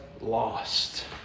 lost